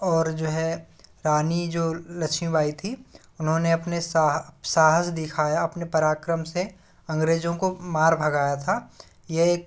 और जो है रानी जो लक्ष्मीबाई थी उन्होंने अपने साहा साहस दिखाया अपने पराक्रम से अंग्रेजों को मार भगाया था यह एक